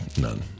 None